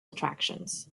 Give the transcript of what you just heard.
attractions